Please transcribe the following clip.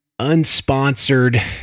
unsponsored